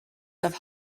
have